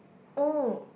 oh